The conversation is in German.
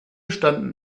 standen